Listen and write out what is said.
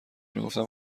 میگفتم